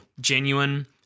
genuine